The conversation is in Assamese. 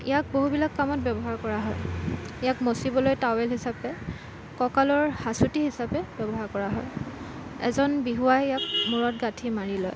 ইয়াক বহুতবিলাক কামত ব্য়ৱহাৰ কৰা হয় ইয়াক মুচিবলৈ টাৱেল হিচাপে কঁকালৰ সাঁচতি হিচাপে ব্য়ৱহাৰ কৰা হয় এজন বিহুৱাই ইয়াক মূৰত গাঁঠি মাৰি লয়